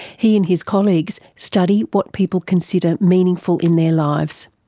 he and his colleagues study what people consider meaningful in their lives.